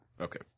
Okay